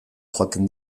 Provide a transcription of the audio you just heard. joaten